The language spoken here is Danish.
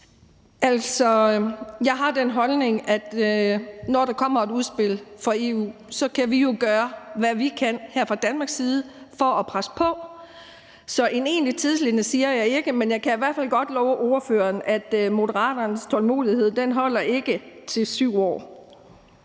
jeg har den holdning, at når der kommer et udspil fra EU, kan vi jo gøre, hvad vi kan her fra Danmarks side for at presse på. Så en egentlig tidsfrist har jeg ikke, men jeg kan i hvert fald godt love ordføreren, at Moderaternes tålmodighed ikke holder til 7 år.